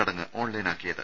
ചടങ്ങ് ഓൺലൈനാക്കിയത്